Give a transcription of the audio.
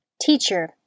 Teacher